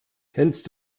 kennst